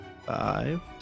five